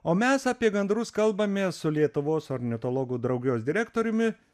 o mes apie gandrus kalbamės su lietuvos ornitologų draugijos direktoriumi